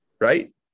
right